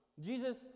Jesus